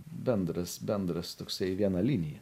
bendras bendras toksai viena linija